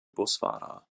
busfahrer